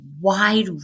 wide